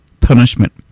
Punishment